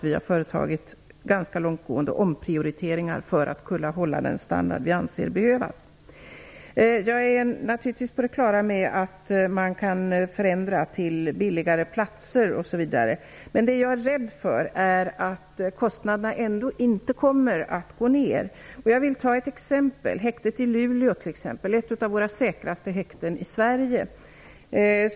Vi har företagit ganska långtgående omprioriteringar för att kunna bibehålla den standard som vi anser behövas. Jag är naturligtvis på det klara med att man kan göra förändringar med billigare platser osv. Men jag är rädd för att kostnaderna ändå inte kommer att minska. Jag kan ta häktet i Luleå som exempel. Det är ett av de säkraste häktena i Sverige.